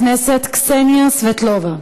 חברת הכנסת קסניה סבטלובה,